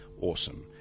awesome